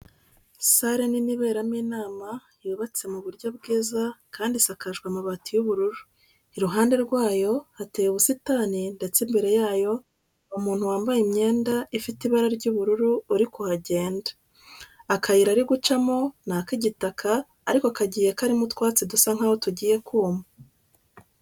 Sare nini iberamo inama yubatse mu buryo bwiza kandi isakajwe amabati y'ubururu, iruhande rwayo hateye ubusitani ndetse imbere yayo hari umuntu wambaye imyenda ifite ibara ry'ubururu uri kuhagenda. Akayira ari gucamo ni ak'igitaka ariko kagiye karimo utwatsi dusa nkaho tugiye kuma.